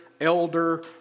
elder